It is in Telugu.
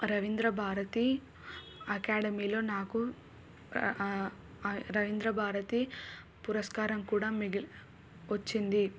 రవీంద్రభారతి అకాడమీలో నాకు రవీంద్రభారతి పురస్కారం కూడా మిగిలి వచ్చింది